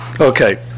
Okay